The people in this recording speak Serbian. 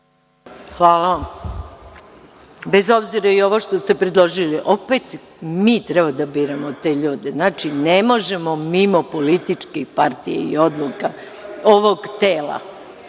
Bez obzira, i ovo što ste predložili, mi treba da biramo te ljude. Znači, ne možemo mimo političkih partija i odluka ovog tela.